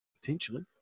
Potentially